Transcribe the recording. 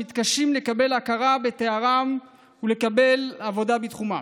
שמתקשים לקבל הכרה בתואריהם ולהתקבל לעבודה בתחומם.